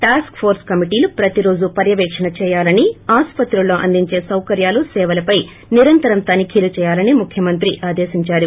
task force కమిటీలు ప్రతిరోజు పర్యవేశ్షణ చేయాలని ఆస్పత్రుల్లో అందించే సౌకర్యాలు సేవలపై నిరంతరం తనిఖీలు చేయాలని ముఖ్యమంత్రి ఆదేశించారు